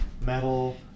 metal